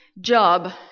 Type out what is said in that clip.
job